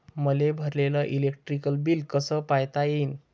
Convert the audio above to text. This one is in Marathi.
मले भरलेल इलेक्ट्रिक बिल कस पायता येईन?